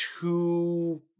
two